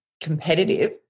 competitive